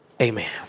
Amen